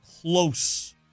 close